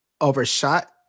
overshot